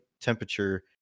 temperature